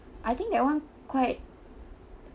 I think that one quite